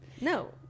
No